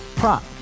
Prop